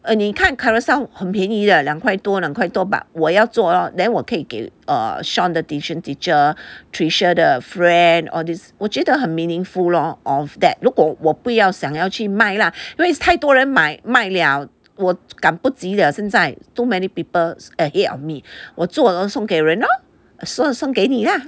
err 你看 Carousell 很便宜的两块多两块多 but 我要做 lor then 我可以给 err Sean 的 tuition teacher Trisha 的 friend all this 我觉得很 meaningful lor of that 如果我不要想要去卖啦太太多人买卖了我赶不及现在 too many people ahead of me 我做了送给人 lor 送给你 lah